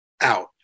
out